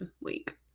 week